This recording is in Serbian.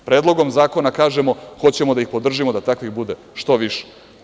Predlogom zakona kažemo, hoćemo da ih podržimo, da takvih bude što više.